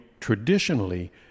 traditionally